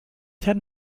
ten